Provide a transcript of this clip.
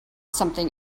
something